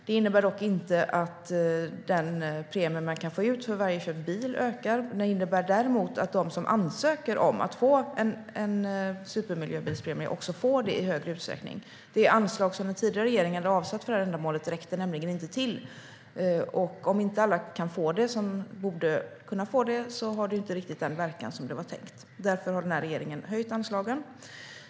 Det innebär dock inte att den premie man kan få ut för varje körd bil ökar. Det innebär däremot att de som ansöker om att få en supermiljöbilspremie också får det i större utsträckning. Det anslag som den tidigare regeringen hade avsatt för ändamålet räckte nämligen inte till. Om inte alla som borde få det kan få det har det inte riktigt den verkan som var tänkt. Därför har den här regeringen höjt anslagen.